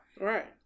right